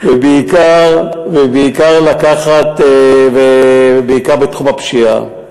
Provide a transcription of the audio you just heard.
בעיקר בתחום הפשיעה.